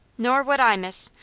nor would i, miss.